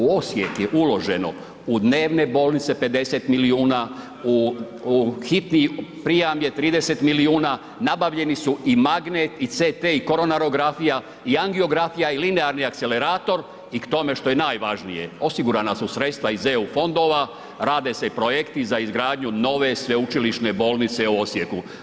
U Osijek je uloženo u dnevne bolnice 50 milijuna, u hitni prijam je 30 milijuna, nabavljeni su i magnet i CT i koronarografija i angiografija i linearni akcelerator i k tome što je najvažnije osigurana su sredstva iz eu fondova, rade se projekti za izgradnju nove Sveučilišne bolnice u Osijeku.